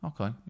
Okay